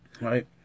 right